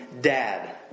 dad